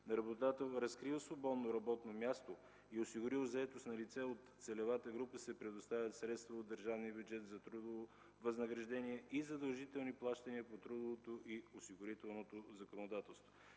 На работодател, разкриващ свободно работно място, осигурил заетост на лице от целевата група, се предоставят средства от държавния бюджет за трудово възнаграждение и задължителни плащания по трудовото и осигурителното законодателство.